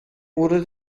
oder